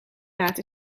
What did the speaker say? laat